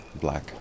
Black